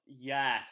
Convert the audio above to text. yes